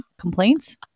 complaints